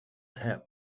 have